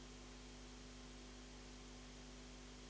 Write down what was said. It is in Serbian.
Hvala